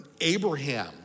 Abraham